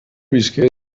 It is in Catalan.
visqué